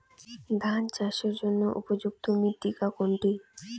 ধান চাষের জন্য উপযুক্ত মৃত্তিকা কোনটি?